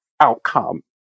outcome